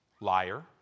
Liar